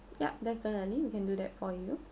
yup definitely we can do that for you